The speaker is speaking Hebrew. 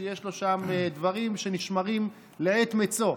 ויש לו שם דברים שנשמרים לעת מצוא.